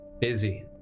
Busy